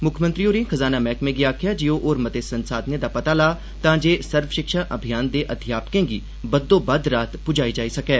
मुक्खमंत्री होरें खजाना मैह्कमे गी आखेआ जे होर मते संसाधने दा पता लाया जा तांजे सर्वशिक्षा अभियान दे अध्यापकें गी बद्वोबद्व राहत पुजाई जाई सकै